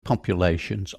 populations